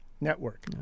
network